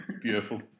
Beautiful